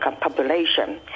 population